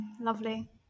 Lovely